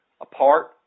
apart